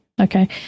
Okay